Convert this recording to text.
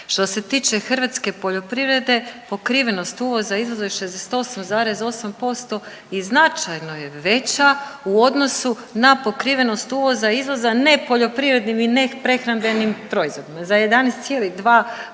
Što se tiče hrvatske poljoprivrede pokrivenost uvoza izvoza je 68,8% i značajno je veća u odnosu na pokrivenost uvoza izvoza nepoljoprivrednim i neprehrambenim proizvodima za 11,2%.